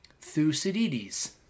Thucydides